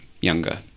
younger